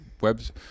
webs